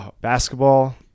basketball